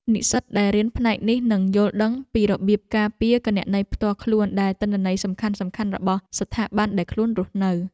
និស្សិតដែលរៀនផ្នែកនេះនឹងយល់ដឹងពីរបៀបការពារគណនីផ្ទាល់ខ្លួន និងទិន្នន័យសំខាន់ៗរបស់ស្ថាប័នដែលខ្លួនរស់នៅ។